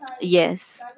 Yes